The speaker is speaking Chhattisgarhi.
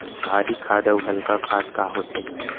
भारी खाद अऊ हल्का खाद का होथे?